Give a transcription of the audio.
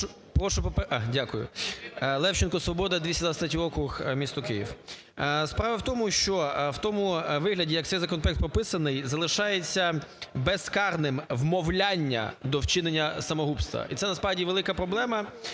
Ю.В. Дякую. Левченко, "Свобода", 223 округ, місто Київ. Справа в тому, що в тому вигляді, як цей законопроект прописаний, залишається безкарним вмовляння до вчинення самогубства. І це насправді велика проблема,